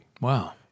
Wow